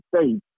States